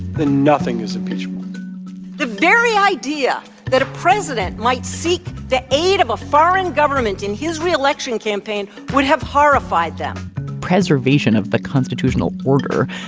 then nothing is um the very idea that a president might seek the aid of a foreign government in his re-election campaign would have horrified them preservation of the constitutional order.